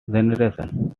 generation